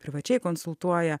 privačiai konsultuoja